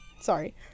sorry